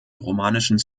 romanischen